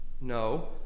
No